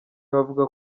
bavuga